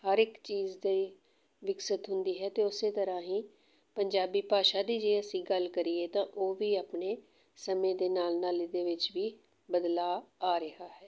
ਹਰ ਇੱਕ ਚੀਜ਼ ਦੇ ਵਿਕਸਿਤ ਹੁੰਦੀ ਹੈ ਅਤੇ ਉਸ ਤਰ੍ਹਾਂ ਹੀ ਪੰਜਾਬੀ ਭਾਸ਼ਾ ਦੀ ਜੇ ਅਸੀਂ ਗੱਲ ਕਰੀਏ ਤਾਂ ਉਹ ਵੀ ਆਪਣੇ ਸਮੇਂ ਦੇ ਨਾਲ ਨਾਲ ਇਹਦੇ ਵਿੱਚ ਵੀ ਬਦਲਾਅ ਆ ਰਿਹਾ ਹੈ